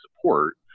support